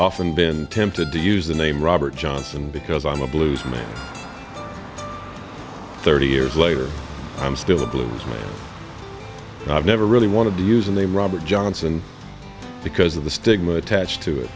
often been tempted to use the name robert johnson because i'm a blues man thirty years later i'm still a blues man and i've never really wanted to use the name robert johnson because of the stigma attached to it